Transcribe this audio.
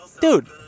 Dude